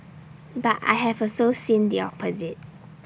but I have also seen the opposite